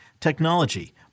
technology